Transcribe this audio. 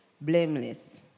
blameless